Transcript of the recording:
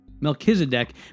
Melchizedek